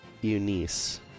Eunice